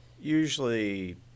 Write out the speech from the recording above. usually